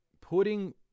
putting